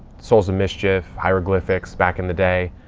souls of mischief, hieroglyphics back in the day.